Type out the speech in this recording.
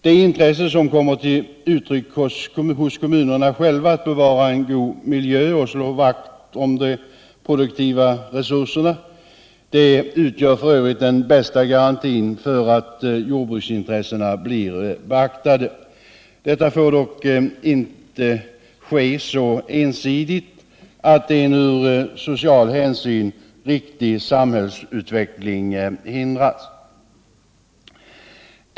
Den strävan som kommer till uttryck hos kommunerna själva att bevara en god miljö och slå vakt om de produktiva resurserna utgör f. ö. den bästa garantin för att jordbruksintressena blir beaktade. Detta får dock inte ske så ensidigt att en från social synpunkt riktig samhällsutveckling hindras.